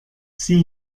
sieh